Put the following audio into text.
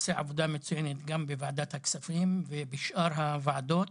שעושה עבודה מצוינת גם בוועדת הכספים ובשאר הוועדות.